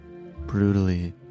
brutally